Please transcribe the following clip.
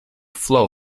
flow